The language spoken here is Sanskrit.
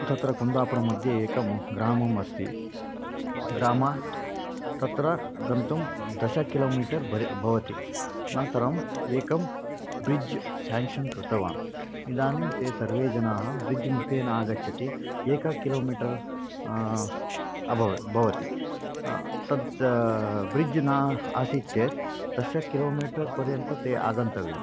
तत्र कुन्दापुरमध्ये एकः ग्रामः अस्ति ग्रामः तत्र गन्तुं दश किलोमीटर् बरे भवति अनन्तरम् एकं ब्रिड्ज् सेङ्क्षन् कृतवान् इदानीं ते सर्वे जनाः ब्रिज् मुखेन आगच्छति एकं किलोमीटर् अभवत् भवति तद् ब्रिड्ज् न आसीत् चेत् दश किलोमीटर् पर्यन्तं ते आगन्तव्यम्